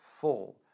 full